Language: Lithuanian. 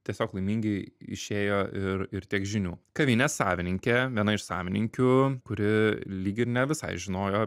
tiesiog laimingi išėjo ir ir tiek žinių kavinės savininkė viena iš savininkių kuri lyg ir ne visai žinojo